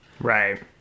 Right